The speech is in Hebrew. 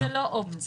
-- שזאת לא אופציה.